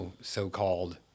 so-called